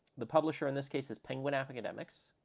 the publisher in this case is penguin academics,